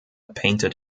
painted